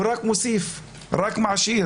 הוא רק מוסיף ורק מעשיר,